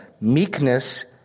Meekness